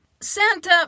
Santa